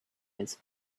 his